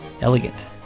elegant